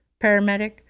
paramedic